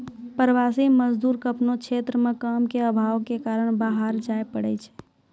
प्रवासी मजदूर क आपनो क्षेत्र म काम के आभाव कॅ कारन बाहर जाय पड़ै छै